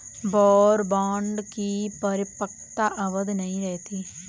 war bond की परिपक्वता अवधि नहीं रहती है